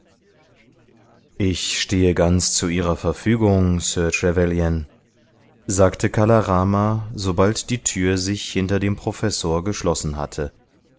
ich stehe ganz zu ihrer verfügung sir trevelyan sagte kala rama sobald die tür sich hinter dem professor geschlossen hatte